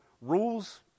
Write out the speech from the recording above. rules